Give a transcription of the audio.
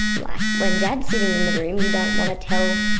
like, when dad's sitting in the room, you don't want to tell,